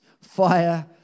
Fire